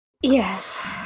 Yes